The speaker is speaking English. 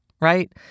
right